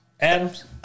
Adams